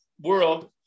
world